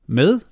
med